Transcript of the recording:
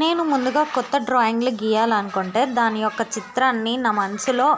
నేను ముందుగా కొత్త డ్రాయింగులు గీయాలనుకుంటే దాని యొక్క చిత్రాన్ని నా మనసులో